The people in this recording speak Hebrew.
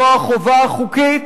זו החובה החוקית,